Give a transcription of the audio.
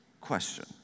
question